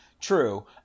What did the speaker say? True